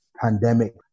pandemic